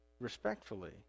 respectfully